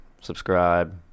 subscribe